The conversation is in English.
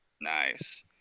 nice